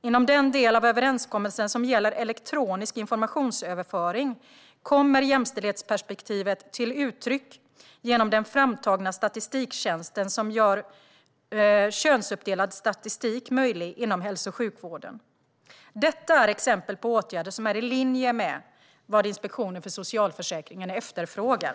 Inom den del av överenskommelsen som gäller elektronisk informationsöverföring kommer jämställdhetsperspektivet till uttryck genom den framtagna statistiktjänsten som gör könsuppdelad statistik möjlig inom hälso och sjukvården. Detta är exempel på åtgärder som är i linje med vad Inspektionen för socialförsäkringen efterfrågar.